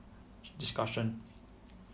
discussion